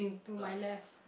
to my left